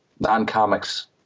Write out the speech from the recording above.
Non-comics